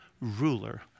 ruler